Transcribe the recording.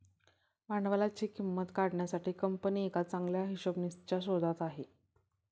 भांडवलाची किंमत काढण्यासाठी कंपनी एका चांगल्या हिशोबनीसच्या शोधात आहे